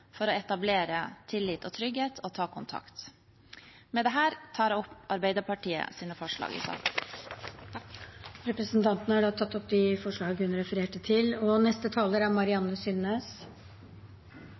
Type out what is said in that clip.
for å etablere tillit og trygghet og ta kontakt. Med dette tar jeg opp forslag der Arbeiderpartiet er medforslagstiller. Representanten Nina Sandberg har tatt opp de forslagene hun refererte til.